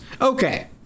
Okay